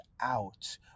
out